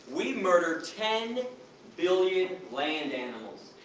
we murder ten billion land animals,